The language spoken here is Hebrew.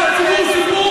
אתם עשיתם שימוש פסול.